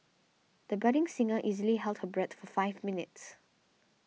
the budding singer easily held her breath for five minutes